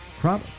Crop